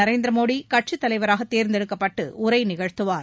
நரேந்திர மோடி கட்சித் தலைவராக தேர்ந்தெடுக்கப்பட்டு உரை நிகழ்த்துவார்